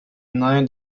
nahe